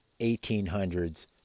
1800s